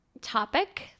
topic